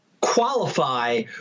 qualify